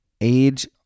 age